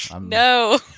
no